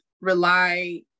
rely